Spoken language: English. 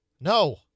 No